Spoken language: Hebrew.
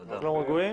תהיו רגועים.